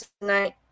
tonight